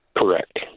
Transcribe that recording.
Correct